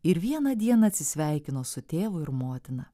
ir vieną dieną atsisveikino su tėvu ir motina